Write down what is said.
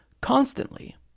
constantly